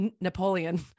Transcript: Napoleon